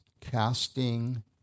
casting